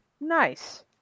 Nice